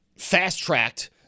fast-tracked